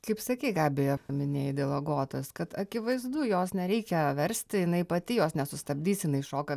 kaip sakei gabija paminėjai dėl agotos kad akivaizdu jos nereikia versti jinai pati jos nesustabdysi jinai šoka